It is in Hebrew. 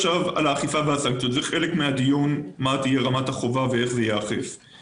האכיפה והסנקציות הן חלק מהדיון על מה תהיה רמת החובה ואיך זה ייאכף,